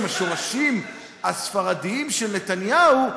עם השורשים הספרדיים של נתניהו,